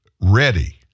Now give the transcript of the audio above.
ready